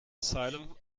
asylum